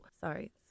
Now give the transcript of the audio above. sorry